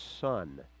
son